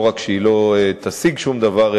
לא רק שהיא לא תשיג שום דבר,